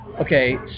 Okay